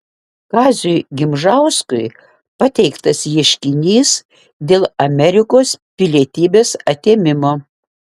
kaziui gimžauskui pateiktas ieškinys dėl amerikos pilietybės atėmimo